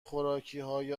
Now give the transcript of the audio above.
خوراکیهای